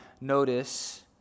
notice